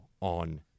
on